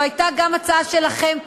וזו הייתה גם הצעה שלכם,